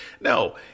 No